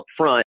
upfront